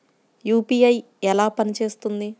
UPI ఎలా పనిచేస్తుంది?